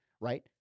right